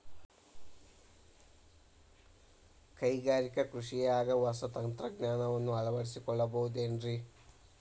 ಕೈಗಾರಿಕಾ ಕೃಷಿಯಾಗ ಹೊಸ ತಂತ್ರಜ್ಞಾನವನ್ನ ಅಳವಡಿಸಿಕೊಳ್ಳಬಹುದೇನ್ರೇ?